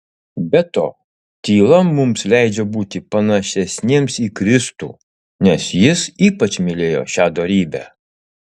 be to tyla mums leidžia būti panašesniems į kristų nes jis ypač mylėjo šią dorybę